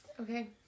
Okay